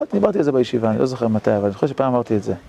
אמרתי את זה בישיבה, אני לא זוכר מתי, אבל זוכר שפעם אמרתי את זה.